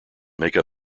make